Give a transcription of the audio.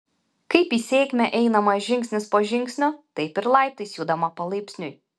kaip į sėkmę einama žingsnis po žingsnio taip ir laiptais judama palaipsniui